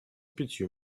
пятью